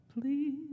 Please